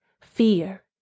fear